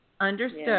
Understood